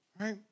right